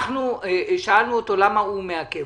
אנחנו שאלנו אותו למה הוא מעכב.